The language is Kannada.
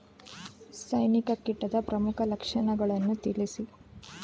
ಸೈನಿಕ ಕೀಟದ ಪ್ರಮುಖ ಲಕ್ಷಣಗಳನ್ನು ತಿಳಿಸಿ?